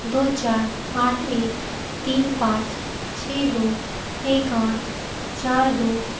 दो चार आठ एक तीन पाँच छः दो एक आठ चार दो